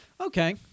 Okay